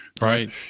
right